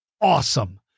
awesome